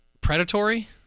predatory